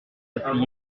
appuyer